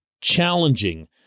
challenging